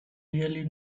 really